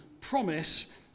promise